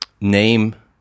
name